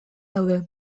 daude